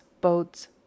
boats